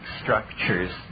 structures